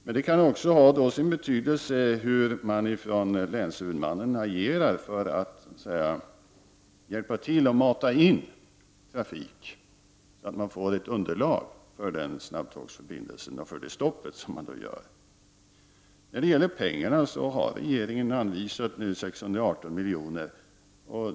Men det kan också ha sin betydelse hur man agerar från länshuvudmannen för att hjälpa till och mata in trafik, så att man får ett underlag för snabbtågsförbindelsen och för det stopp som man då gör. När det gäller pengarna har regeringen nu anvisat 618 milj.kr.